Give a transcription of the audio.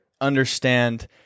understand